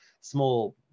small